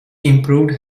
improved